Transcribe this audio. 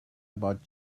about